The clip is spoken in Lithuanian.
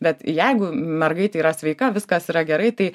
bet jeigu mergaitė yra sveika viskas yra gerai tai